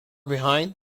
behind